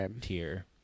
tier